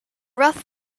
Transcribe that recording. rough